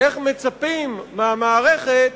איך מצפים מהמערכת